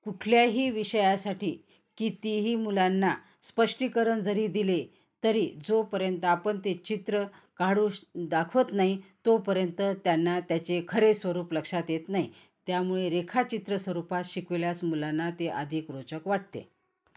कुठल्याही विषयासाठी कितीही मुलांना स्पष्टीकरण जरी दिले तरी जोपर्यंत आपण ते चित्र काढू श दाखवत नाही तोपर्यंत त्यांना त्याचे खरे स्वरूप लक्षात येत नाही त्यामुळे रेखाचित्र स्वरूपात शिकवल्यास मुलांना ते अधिक रोचक वाटते